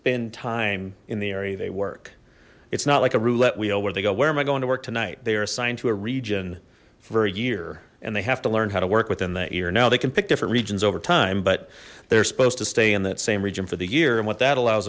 spend time in the area they work it's not like a roulette wheel where they go where am i going to work tonight they are assigned to a region for a year and they have to learn how to work within that year now they can pick different regions over time but they're supposed to stay in that same region for the year and what that allows